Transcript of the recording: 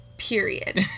period